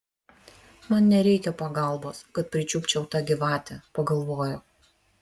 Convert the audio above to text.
man nereikia pagalbos kad pričiupčiau tą gyvatę pagalvojo